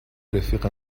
رفیق